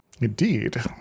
Indeed